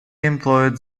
employed